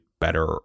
better